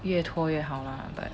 越拖越好 lah but